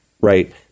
Right